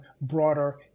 broader